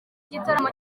igitaramo